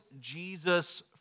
Jesus